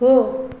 हो